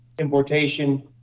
importation